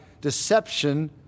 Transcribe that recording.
deception